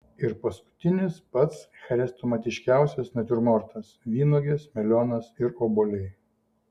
ir paskutinis pats chrestomatiškiausias natiurmortas vynuogės melionas ir obuoliai